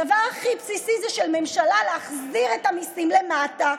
הדבר הכי בסיסי זה שממשלה תחזיר את המיסים למטה,